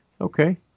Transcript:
Okay